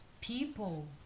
people